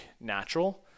natural